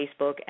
Facebook